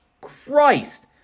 Christ